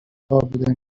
قابل